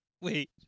Wait